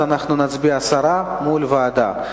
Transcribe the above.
אז אנחנו נצביע על הסרה מול ועדה.